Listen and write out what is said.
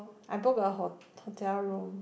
I booked a ho~ hotel room